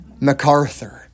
MacArthur